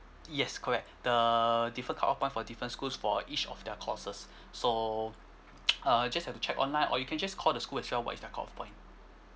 yes correct the different cut off point for different schools for each of their courses so uh just have to check online or you can just call the school as well what is their cut off point